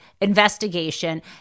investigation